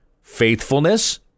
faithfulness